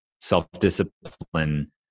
self-discipline